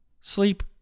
sleep